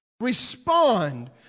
Respond